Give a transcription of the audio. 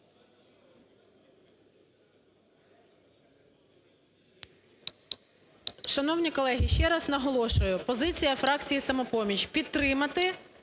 Шановні колеги, ще раз наголошую. Позиція фракції "Самопоміч" – підтримати